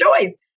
choice